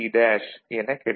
C' எனக் கிடைக்கும்